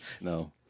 No